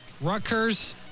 Rutgers